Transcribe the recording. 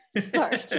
sorry